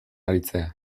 aritzea